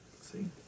see